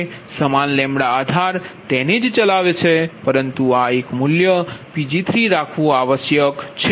સમાન λ આધાર તેને ચલાવે છે પરંતુ આ એક મૂલ્ય Pg3 રાખવું આવશ્યક છે